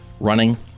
running